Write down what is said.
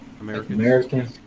American